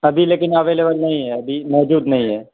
ابھی لیکن اویلیبل نہیں ہے ابھی موجود نہیں ہے